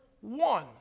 one